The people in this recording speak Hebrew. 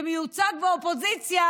שמיוצג באופוזיציה,